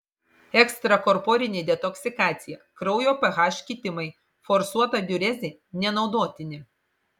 ekstrakorporinė detoksikacija kraujo ph kitimai forsuota diurezė nenaudotini